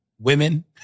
Women